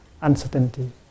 uncertainty